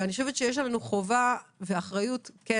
אני חושבת שיש לנו חובה ואחריות כן